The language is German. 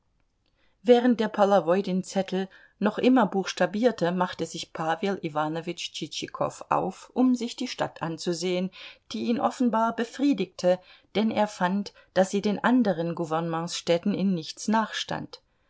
während der polowoi den zettel noch immer buchstabierte machte sich pawel iwanowitsch tschitschikow auf um sich die stadt anzusehen die ihn offenbar befriedigte denn er fand daß sie den anderen gouvernementsstädten in nichts